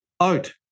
out